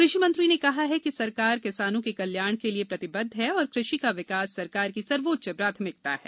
कृषि मंत्री ने कहा है कि सरकार किसानों के कल्याण के लिए प्रतिबद्ध है और कृषि का विकास सरकार की सर्वोच्च प्राथिमकता है